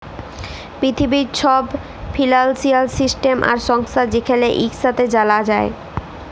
পিথিবীর ছব financial system আর সংস্থা যেখালে ইকসাথে জালা যায়